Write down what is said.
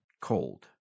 cold